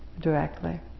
directly